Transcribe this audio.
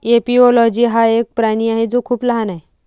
एपिओलोजी हा एक प्राणी आहे जो खूप लहान आहे